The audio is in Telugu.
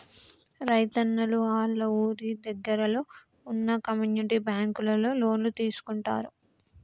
రైతున్నలు ఆళ్ళ ఊరి దగ్గరలో వున్న కమ్యూనిటీ బ్యాంకులలో లోన్లు తీసుకుంటారు